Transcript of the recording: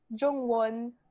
Jung-won